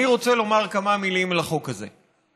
אני רוצה לומר כמה מילים על החוק הזה.